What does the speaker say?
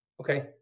Okay